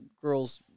Girls